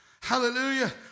Hallelujah